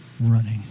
running